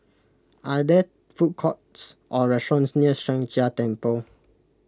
are there food courts or restaurants near Sheng Jia Temple